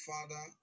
Father